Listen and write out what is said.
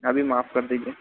अभी माफ कर दीजिए